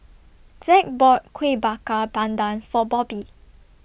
Zack bought Kuih Bakar Pandan For Bobbi